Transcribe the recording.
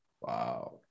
Wow